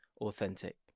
authentic